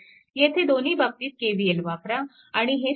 येथे दोन्ही बाबतीत KVL वापरा आणि हे सोडवा